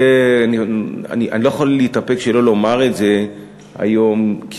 אני לא יכול להתאפק שלא לומר את זה היום כי